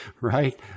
right